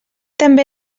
també